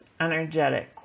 energetic